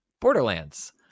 Borderlands